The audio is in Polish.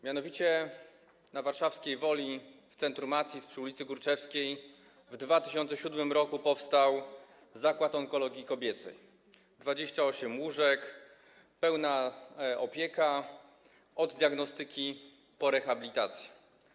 Mianowicie na warszawskiej Woli w Centrum Attis przy ul. Górczewskiej w 2007 r. powstał Zakład Onkologii Kobiecej: 28 łóżek, pełna opieka od diagnostyki po rehabilitację.